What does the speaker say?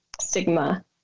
stigma